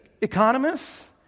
economists